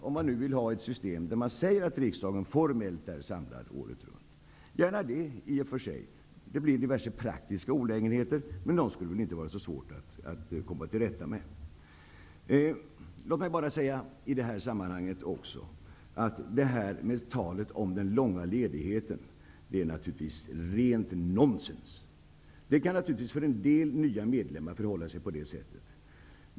Jag säger gärna ja till ett system som innebär att riksdagen formellt är samlad året runt. Det blir diverse praktiska olägenheter. Men de skall väl inte vara så svåra att komma till rätta med. I det här sammanhanget vill jag också säga att talet om den långa ledigheten naturligtvis är rent nonsens. För en del nya medlemmar kan situationen naturligtvis framstå på nämnda sätt.